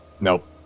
nope